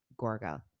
Gorga